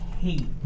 hate